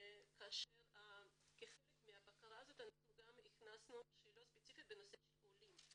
כאשר כחלק מהבקרה הכנסנו גם שאלות ספציפיות בנושא עולים,